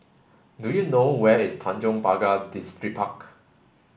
do you know where is Tanjong Pagar Distripark